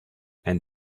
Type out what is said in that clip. and